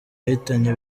yahitanye